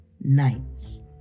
nights